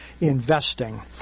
investing